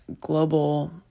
global